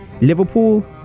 Liverpool